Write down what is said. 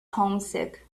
homesick